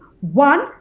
One